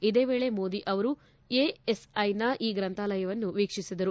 ಇದೇ ವೇಳೆ ಮೋದಿ ಅವರು ಎಎಸ್ಐನ ಈ ಗ್ರಂಥಾಲಯವನ್ನು ವೀಕ್ಷಿಸಿದರು